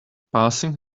passing